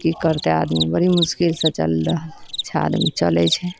की करतै आदमी बड़ी मुश्किल से चलि रहल अच्छा आदमी चलैत छै